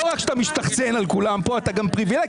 לא רק שאתה משתחצן על כולם פה אתה גם פריבילג,